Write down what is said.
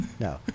No